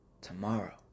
Tomorrow